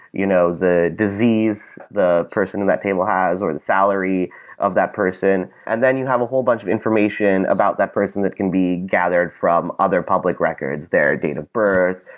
you know the disease, the person that that table has, or the salary of that person, and then you have a whole bunch of information about that person that can be gathered from other public records their date of birth,